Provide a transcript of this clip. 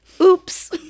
Oops